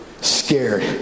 Scared